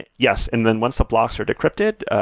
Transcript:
yes, and then once the blocks are decrypted,